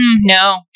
no